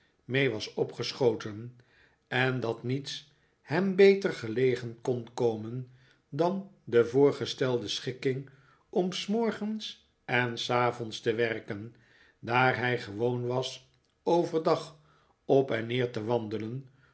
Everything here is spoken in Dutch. mee was opgeschoten en dat niets hem beter gelegen kon komen dan de voorgestelde schikking om s morgens en s avonds te werken daar hij gewoon was overdag op en neer te wandelen